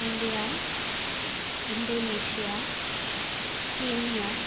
India Indonesia Kenya